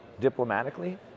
diplomatically